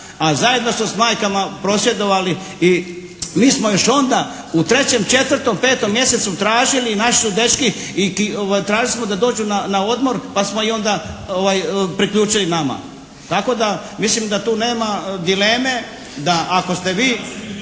a zajedno su s majkama prosvjedovali i mi smo još onda u 3., 4., 5. mjesecu tražili i naši su dečki i tražili smo da dođu na odmor pa smo ih onda priključili nama. Tako da mislim da tu nema dileme da ako ste vi